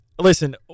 listen